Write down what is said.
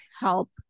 help